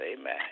Amen